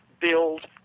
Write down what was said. build